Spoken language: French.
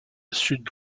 sud